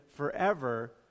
forever